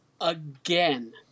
again